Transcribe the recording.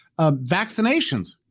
Vaccinations